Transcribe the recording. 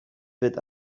wird